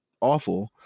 awful